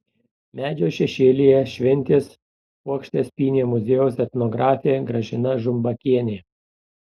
medžio šešėlyje šventės puokštes pynė muziejaus etnografė gražina žumbakienė